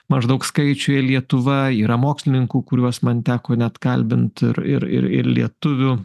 maždaug skaičiuje lietuva yra mokslininkų kuriuos man teko net kalbint ir ir ir ir lietuvių